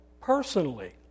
personally